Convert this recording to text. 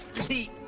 see,